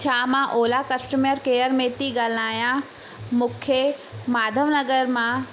छा मां ओला कस्टमर केयर में थी ॻाल्हायां मुखे माधव नगर मां